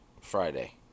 friday